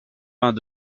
vingt